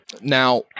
now